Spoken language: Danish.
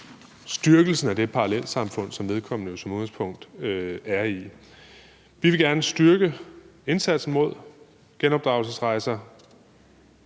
styrker det parallelsamfund, som vedkommende som udgangspunkt er i. Vi vil gerne styrke indsatsen mod genopdragelsesrejser,